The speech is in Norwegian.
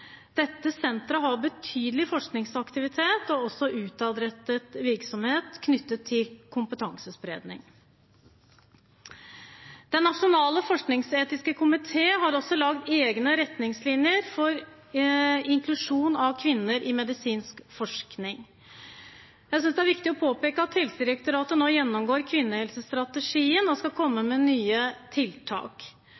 Dette senteret har betydelig forskningsaktivitet og også utadrettet virksomhet knyttet til kompetansespredning. Den nasjonale forskningsetiske komité har også laget egne retningslinjer for inklusjon av kvinner i medisinsk forskning. Jeg synes det er viktig å påpeke at Helsedirektoratet nå gjennomgår kvinnehelsestrategien og skal komme med nye tiltak.